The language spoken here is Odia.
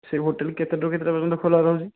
ସେ ହୋଟେଲ କେତେ ଠାରୁ କେତେଟା ପର୍ଯ୍ୟନ୍ତ ଖୋଲା ରହୁଛି